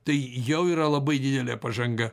tai jau yra labai didelė pažanga